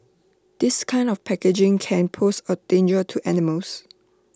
this kind of packaging can pose A danger to animals